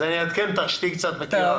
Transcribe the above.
אז אני אעדכן אותך שתהיי קצת מכירה.